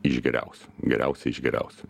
iš geriausių geriausią iš geriausių